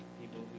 people